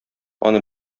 аны